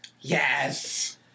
Yes